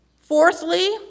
Fourthly